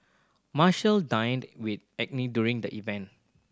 Marshall dined with during the event